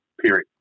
period